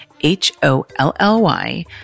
H-O-L-L-Y